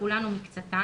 כולן או מקצתן.